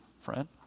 friend